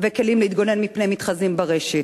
וכלים להתגונן מפני מתחזים ברשת.